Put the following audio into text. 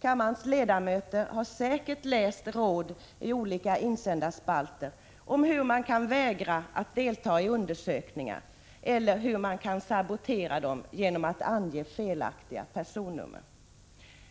Kammarens ledamöter har i olika insändarspalter säkert läst råd om hur man kan vägra att delta i undersökningar eller hur man kan sabotera dem genom att ange felaktiga personnummer.